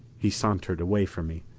he sauntered away from me,